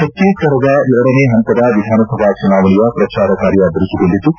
ಛತ್ತೀಸ್ಘಡದ ಎರಡನೇ ಪಂತದ ವಿಧಾನಸಭಾ ಚುನಾವಣೆಯ ಪ್ರಚಾರ ಕಾರ್ಯ ಬಿರುಸುಗೊಂಡಿದ್ದು